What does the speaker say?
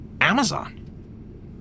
Amazon